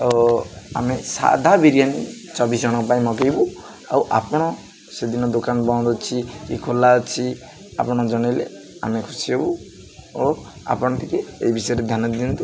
ଓ ଆମେ ସାଧା ବିରିୟାନୀ ଚବିଶି ଜଣଙ୍କ ପାଇଁ ମଗାଇବୁ ଆଉ ଆପଣ ସେଦିନ ଦୋକାନ ବନ୍ଦ ଅଛି କି ଖୋଲା ଅଛି ଆପଣ ଜଣାଇଲେ ଆମେ ଖୁସି ହବୁ ଓ ଆପଣ ଟିକେ ଏ ବିଷୟରେ ଧ୍ୟାନ ଦିଅନ୍ତୁ